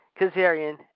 Kazarian